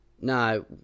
No